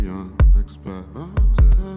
unexpected